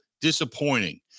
disappointing